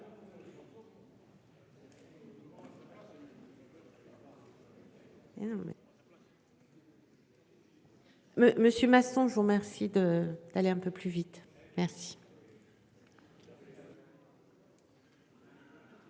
Monsieur Masson, je vous remercie de d'aller un peu plus vite, merci. La.